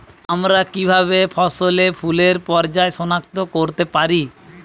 আমরা কিভাবে ফসলে ফুলের পর্যায় সনাক্ত করতে পারি?